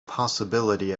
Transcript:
possibility